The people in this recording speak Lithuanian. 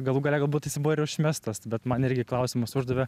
galų gale galbūt jisai buvo ir išmestas bet man irgi klausimus uždavė